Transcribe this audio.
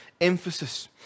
emphasis